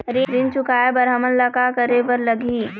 ऋण चुकाए बर हमन ला का करे बर लगही?